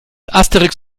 asterix